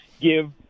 give